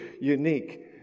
unique